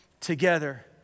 together